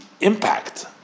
impact